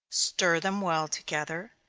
stir them well together,